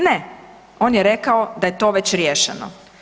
Ne, on je rekao da je to već riješeno.